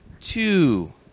two